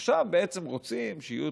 עכשיו רוצים שיהיו